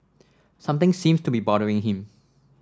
something seems to be bothering him